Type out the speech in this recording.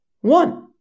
One